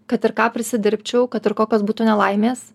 kad ir ką prisidirbčiau kad ir kokios būtų nelaimės